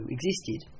existed